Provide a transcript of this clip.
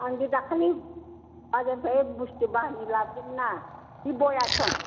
आं बे दाखालै बाजारनिफ्राय बुस्थु बायनानै लाबोदोंमोन ना बे बयासन